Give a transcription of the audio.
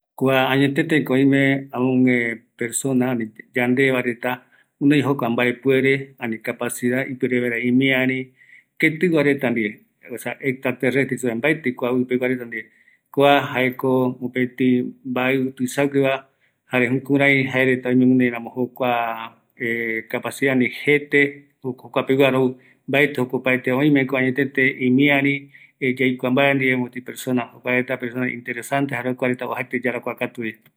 ﻿Kua añeteteko oime persona ani yandeva reta, guinoi jokua mbaepuere ani kapacidad, ipuere vaera imiari, ketigua reta ndie, osea extratrerrestre jeisupeva, mbaeti kua ivi pegua reta ndie, kua jaeko mbaiui tuisagueva, jare jukurai jaereta oñoguinoiramo jokua kapacidad ndie, jeta ju, jokuapeguara ou, mbaeti jokua, oimeko añetete imiari yaikua mbaeva ndie, mopeti persona, jokua reta peresona interesante, jare jokua reta oajaete yarakua katuvi